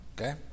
okay